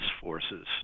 forces